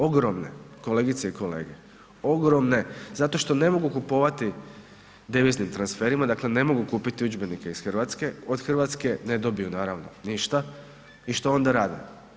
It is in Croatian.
Ogromne, kolegice i kolege, ogromne zato što ne mogu kupovati deviznim transferima, dakle ne mogu kupiti udžbenike iz Hrvatske, od Hrvatske ne dobiju naravno ništa i što onda rade?